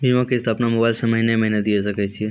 बीमा किस्त अपनो मोबाइल से महीने महीने दिए सकय छियै?